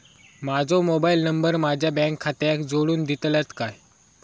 माजो mobile number माझ्या bank खात्याक जोडून दितल्यात काय?